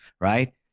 right